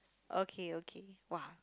okay okay !wah!